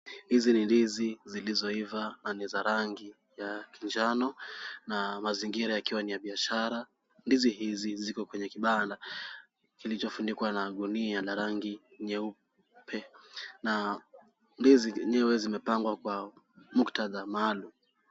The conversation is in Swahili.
Hizi ni ndizi zilizoiva na ni za rangi ya kijano. Na mazingira yakiwa ni ya biashara. Ndizi hizi ziko kwenye kibanda kilichofunikwa na gunia la rangi nyeupe na ndizi enyewe zimepangwa kwa muktadha maalum.